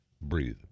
Breathe